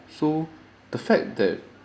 so the fact that